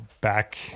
back